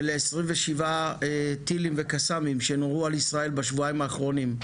ול-27 טילים וקסאמים שנורו על ישראל בשבועיים האחרונים.